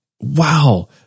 wow